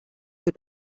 für